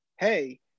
hey